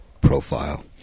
profile